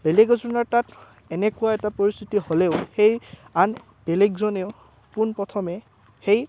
বেলেগ এজনৰ তাত এনেকুৱা এটা পৰিস্থিতি হ'লেও সেই আন বেলেগজনেও পোনপ্ৰথমে সেই